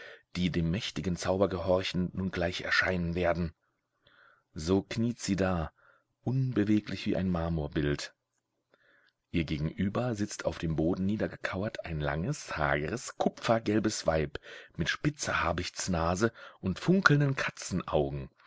die dem mächtigen zauber gehorchend nun gleich erscheinen werden so kniet sie da unbeweglich wie ein marmorbild ihr gegenüber sitzt auf dem boden niedergekauert ein langes hageres kupfergelbes weib mit spitzer habichtsnase und funkelnden